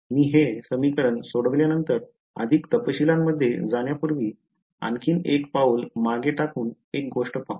मी हे समीकरण सोडवल्यानंतर अधिक तपशिलांमध्ये जाण्यापूर्वी आणखी एक पाऊल मागे टाकून एक गोष्ट पाहू